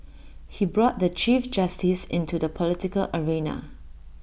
he brought the chief justice into the political arena